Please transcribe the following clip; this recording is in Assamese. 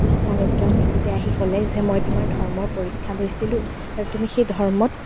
বিশ্বামিত্ৰ তেখেতে আহি ক'লে যে মই তোমাৰ ধৰ্মৰ পৰীক্ষা লৈছিলোঁ আৰু তুমি সেই ধৰ্মত